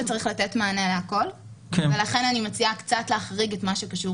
שצריך לתת מענה לכל ולכן אני מציעה קצת להחריג את מה שקשור